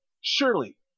surely